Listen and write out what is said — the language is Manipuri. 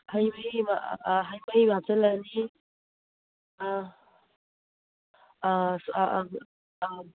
ꯍꯩ ꯃꯍꯤ ꯑꯃ ꯍꯩ ꯃꯍꯤ ꯑꯃ ꯍꯥꯞꯆꯜꯂꯅꯤ ꯑꯥ ꯑꯥ ꯑꯥ